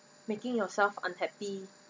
making yourself unhappy